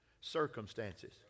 circumstances